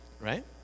Right